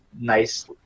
nice